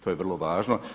To je vrlo važno.